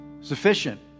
sufficient